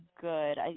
good